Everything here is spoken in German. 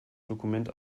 dokument